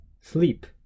sleep